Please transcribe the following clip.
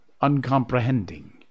uncomprehending